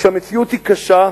כשהמציאות היא קשה,